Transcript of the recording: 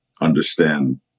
understand